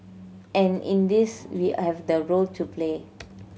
and in this we have the role to play